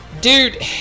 dude